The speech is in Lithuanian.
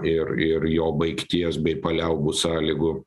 ir ir jo baigties bei paliaubų sąlygų